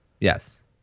yes